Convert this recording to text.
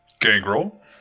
Gangrel